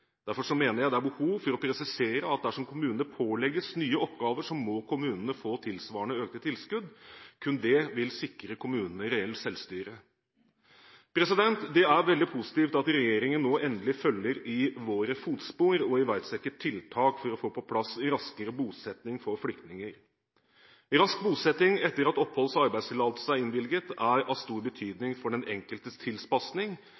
Derfor mener jeg det er behov for å presisere at dersom kommunene pålegges nye oppgaver, må kommunene få tilsvarende økte tilskudd. Kun det vil sikre kommunene reelt selvstyre. Det er veldig positivt at regjeringen nå endelig følger i våre fotspor og iverksetter tiltak for å få på plass raskere bosetting av flyktninger. Rask bosetting etter at oppholds- og arbeidstillatelse er innvilget, er av stor